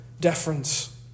deference